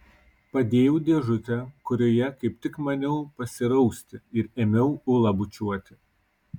padėjau dėžutę kurioje kaip tik maniau pasirausti ir ėmiau ulą bučiuoti